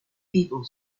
people